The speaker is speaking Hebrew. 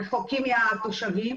רחוקים מהתושבים.